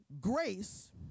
Grace